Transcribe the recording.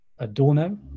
Adorno